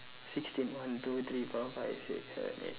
sixteen one two three four five six seven eight